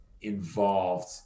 involved